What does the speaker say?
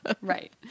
right